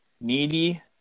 needy